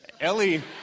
Ellie